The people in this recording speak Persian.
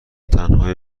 تنها